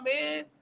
man